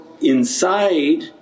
inside